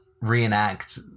reenact